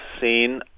seen